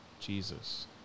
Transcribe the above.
Jesus